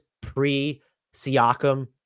pre-Siakam